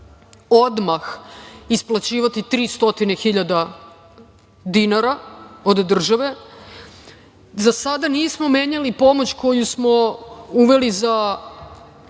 odmah isplaćivati 300.000 dinara od države. Za sada nismo menjali pomoć koju smo uveli za